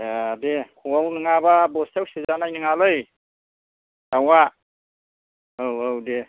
ए दे ख'आव नङाब्ला बस्थायाव सोजानाय नङालै दाउआ औ औ दे